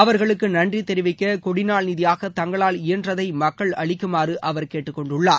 அவர்களுக்கு நன்றி தெரிவிக்க கொடிநாள் நிதியாக தங்களால் இயன்றதை மக்கள் அளிக்குமாறு அவர் கேட்டுக் கொண்டுள்ளார்